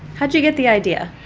how did you get the idea?